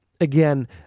again